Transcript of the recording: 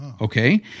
okay